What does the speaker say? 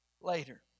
Later